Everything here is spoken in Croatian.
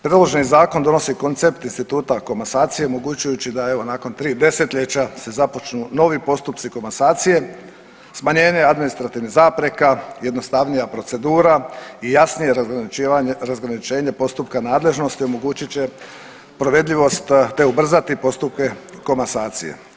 Predloženi zakon donosi koncept Instituta komasacije omogućujući da evo nakon tri desetljeća se započnu novi postupci komasacije, smanjenje administrativnih zapreka, jednostavnija procedura i jasnije razgraničenje postupka nadležnosti omogućit će provedljivost, te ubrzati postupke komasacije.